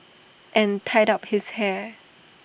and tied up his hair